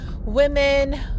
women